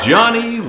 Johnny